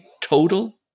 total